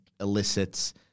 elicits